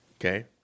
Okay